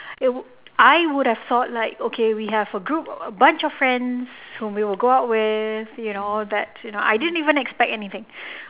it would I would have thought like okay we have a group a bunch of friends who we will go out with you know that I didn't even expect anything